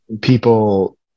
people